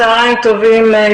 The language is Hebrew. יושבת-הראש, צוהריים טובים.